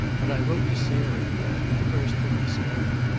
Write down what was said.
and i wrote to sarah, he added, the first thing this morning.